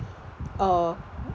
uh